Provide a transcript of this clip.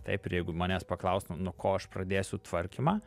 taip ir jeigu manęs paklaustum nuo ko aš pradėsiu tvarkymą